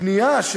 יש